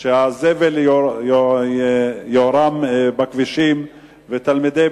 אם הזבל ייערם על הכבישים ותלמידי